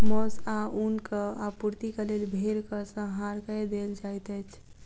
मौस आ ऊनक आपूर्तिक लेल भेड़क संहार कय देल जाइत अछि